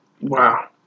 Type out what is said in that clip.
Wow